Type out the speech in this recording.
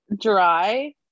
dry